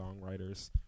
songwriters